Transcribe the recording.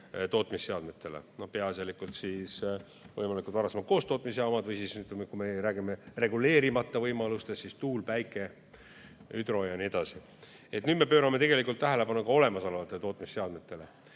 tootmisseadmetele. Peaasjalikult on need võimalikud varasemad koostootmisjaamad, või kui räägime reguleerimata võimalustest, siis tuul, päike, hüdro jne. Nüüd me pöörame tegelikult tähelepanu ka olemasolevatele tootmisseadmetele